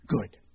Good